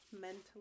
mentally